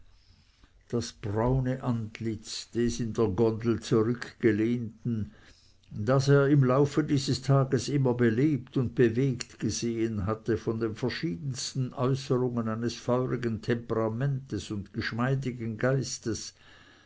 das braune antlitz des in der gondel zurückgelehnten das er im laufe dieses tages immer belebt und bewegt gesehen hatte von den verschiedensten äußerungen eines feurigen temperamentes und geschmeidigen geistes